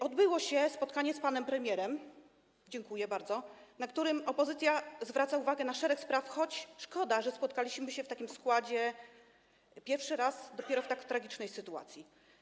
Odbyło się spotkanie z panem premierem, dziękuję bardzo, na którym opozycja zwróciła uwagę na szereg spraw, choć szkoda, że spotkaliśmy się w takim składzie po raz pierwszy dopiero w tak tragicznej sytuacji.